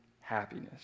happiness